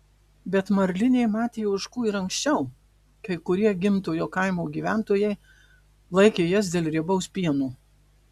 bet marlinė matė ožkų ir anksčiau kai kurie gimtojo kaimo gyventojai laikė jas dėl riebaus pieno